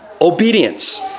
obedience